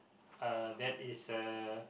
uh that is a